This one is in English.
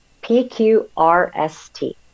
P-Q-R-S-T